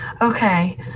Okay